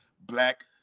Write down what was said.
black